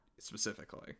specifically